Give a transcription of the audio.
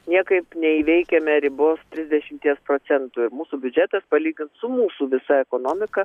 niekaip neįveikiame ribos trisdešimties procentų mūsų biudžetas palygint su mūsų visa ekonomika